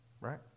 Right